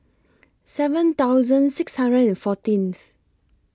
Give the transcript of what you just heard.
seven thousand six hundred and fourteenth